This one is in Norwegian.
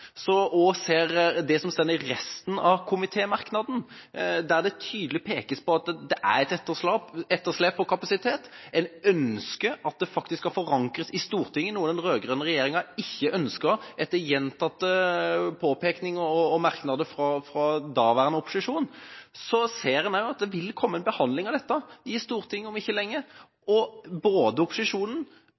og ser på det som står i resten av komitémerknaden – der det tydelig pekes på at det er et etterslep når det gjelder kapasitet, og at en ønsker at dette skal forankres i Stortinget, noe den rød-grønne regjeringa etter gjentatte påpekninger og merknader fra daværende opposisjon ikke ønsket – ser en også at det vil bli en behandling av dette i Stortinget om ikke lenge. Både opposisjonen